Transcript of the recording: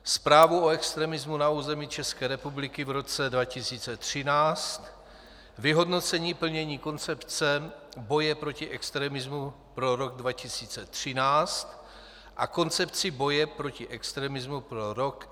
Zprávu o extremismu na území České republiky v roce 2013, Vyhodnocení plnění koncepce boje proti extremismu pro rok 2013 a Koncepci boje proti extremismu pro rok 2014;